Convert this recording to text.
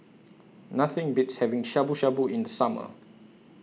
Nothing Beats having Shabu Shabu in The Summer